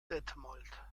detmold